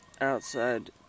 outside